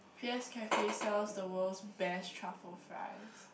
p_s cafe sells the world's best truffle fries